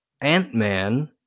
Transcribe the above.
Ant-Man